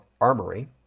armory